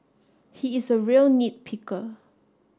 he is a real nit picker